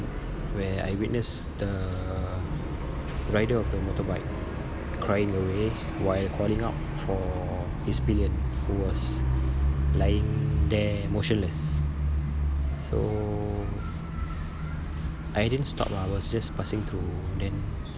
where I witnessed the rider of the motorbike crying away while calling out for his pillion who was lying there motionless so I didn't stop lah I was just passing through then